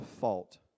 fault